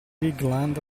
bigland